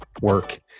work